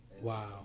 Wow